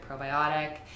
probiotic